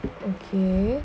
okay